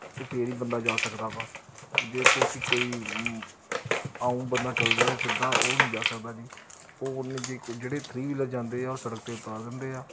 ਅਤੇ ਫਿਰ ਹੀ ਬੰਦਾ ਜਾ ਸਕਦਾ ਵਾ ਜੇ ਕਹੋ ਕਿ ਕੋਈ ਆਮ ਬੰਦਾ ਚਲ ਜਾਏ ਸਿੱਧਾ ਉਹ ਨਹੀਂ ਜਾ ਸਕਦਾ ਜੀ ਉਹ ਓਨੇ 'ਚ ਹੀ ਜਿਹੜੇ ਥਰੀ ਵੀਲਰ ਜਾਂਦੇ ਆ ਉਹ ਸੜਕ 'ਤੇ ਉਤਾਰ ਦਿੰਦੇ ਆ